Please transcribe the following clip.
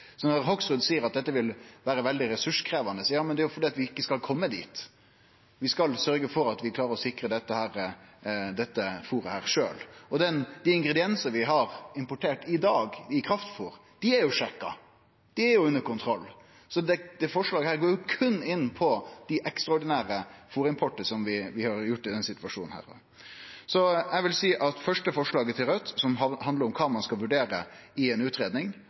er jo fordi vi ikkje skal kome dit. Vi skal sørgje for å klare å sikre dette fôret sjølve. Dei ingrediensane vi har importert i dag i kraftfôr, dei er jo sjekka, dei er jo under kontroll, så dette forslaget går jo berre på den ekstraordinære fôrimporten som vi har gjort i denne situasjonen. Så eg meiner at det første forslaget til Raudt, som handlar om kva ein skal vurdere i ei utgreiing, at ein